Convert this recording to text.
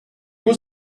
was